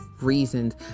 reasons